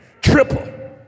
triple